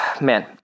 Man